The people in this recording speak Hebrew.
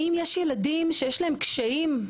האם יש ילדים שיש להם קשיים?